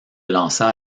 lança